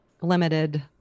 limited